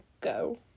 go